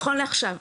נכון לעכשיו,